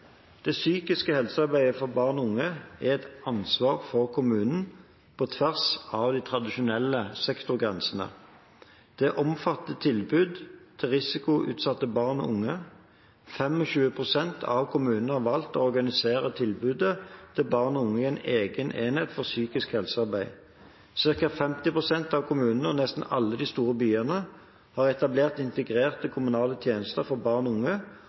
Det psykiske helsearbeidet for barn og unge er et ansvar for kommunen på tvers av de tradisjonelle sektorgrensene. Det omfatter tilbud til risikoutsatte barn og unge. 25 pst. av kommunene har valgt å organisere tilbudet til barn og unge i en egen enhet for psykisk helsearbeid. Cirka 50 pst. av kommunene og nesten alle de store byene har etablert integrerte kommunale tjenester for barn og unge,